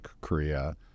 Korea